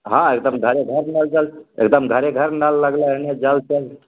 हँ एकदम घरे घर नल जल एकदम घरे घर नल लगलै हने जल तल